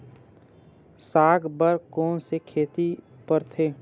साग बर कोन से खेती परथे?